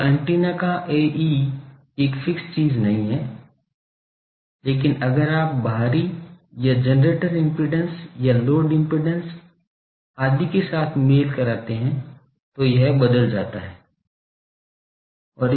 तो एंटीना का Ae एक फिक्स चीज नहीं है लेकिन अगर आप बाहरी या जनरेटर इम्पिडेन्स या लोड इम्पिडेन्स आदि के साथ मेल कराते हैं तो यह बदल जाता है